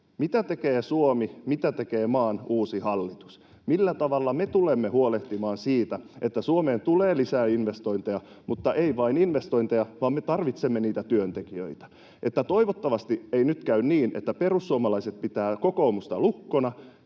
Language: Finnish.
Mitä tekee Suomi, mitä tekee maan uusi hallitus? Millä tavalla me tulemme huolehtimaan siitä, että Suomeen tulee lisää investointeja mutta ei vain investointeja, vaan me tarvitsemme niitä työntekijöitä? Toivottavasti ei nyt käy niin, että perussuomalaiset pitävät kokoomusta lukkona